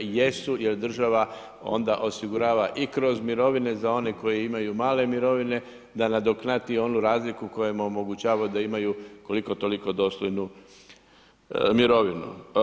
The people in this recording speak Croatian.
Jesu jer država onda osigurava i kroz mirovine za one koji imaju male mirovine, da nadoknadi onu razliku koja im omogućava da imaju koliko-toliko dostojnu mirovinu.